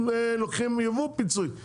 אם לוקחים יבוא פיצוי.